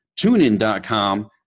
TuneIn.com